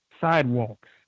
sidewalks